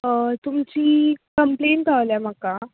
तुमची कंपलेन पावल्या म्हाका